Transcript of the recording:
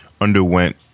underwent